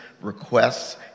requests